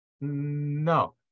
no